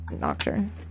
Nocturne